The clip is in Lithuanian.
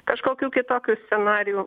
kažkokių kitokių scenarijų